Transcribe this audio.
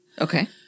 Okay